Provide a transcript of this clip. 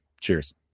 Cheers